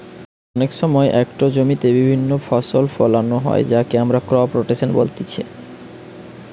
অনেক সময় একটো জমিতে বিভিন্ন ফসল ফোলানো হয় যাকে আমরা ক্রপ রোটেশন বলতিছে